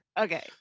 okay